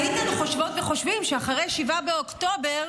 הייתם חושבות וחושבים שאחרי 7 באוקטובר